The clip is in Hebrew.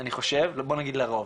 אני חושב, לרוב.